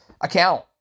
account